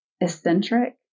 eccentric